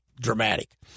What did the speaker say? dramatic